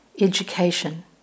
education